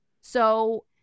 So-